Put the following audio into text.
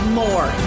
more